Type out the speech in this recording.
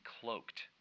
cloaked